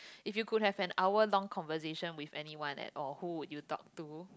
if you could have an hour long conversation with anyone at all who would you talk to